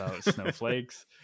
snowflakes